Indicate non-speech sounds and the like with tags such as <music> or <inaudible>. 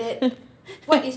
<laughs>